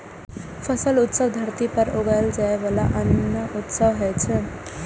फसल उत्सव धरती पर उगाएल जाइ बला अन्नक उत्सव होइ छै